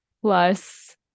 Plus